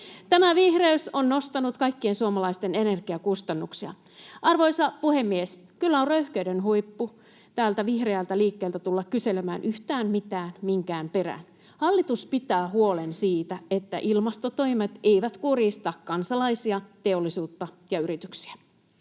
Tämä vihreys on nostanut kaikkien suomalaisten energiakustannuksia. Arvoisa puhemies! Kyllä on röyhkeyden huippu vihreältä liikkeeltä tulla kyselemään yhtään mitään minkään perään. Hallitus pitää huolen siitä, että ilmastotoimet eivät kurjista kansalaisia, teollisuutta ja yrityksiä.